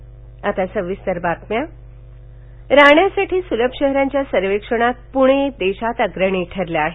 पुणे सुलभः राहण्यासाठी सुलभ शहरांच्या सर्वेक्षणात पुणे देशात अग्रणी ठरलं आहे